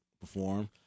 perform